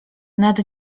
nad